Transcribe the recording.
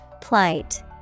Plight